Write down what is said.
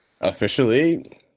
officially